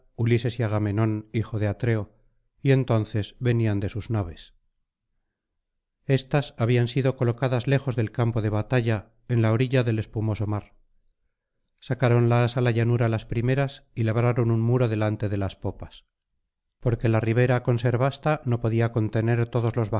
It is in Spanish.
ulises y agamenón hijo de atreo y entonces venían de sus naves éstas habían sido colocadas lejos del campo de batalla en la orilla del espumoso mar sacáronlas á la llanura las primeras y labraron un muro delante de las popas porque la ribera con ser vasta no podía contener todos iqs